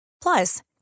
Plus